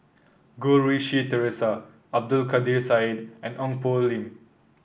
Goh Rui Si Theresa Abdul Kadir Syed and Ong Poh Lim